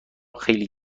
خیلی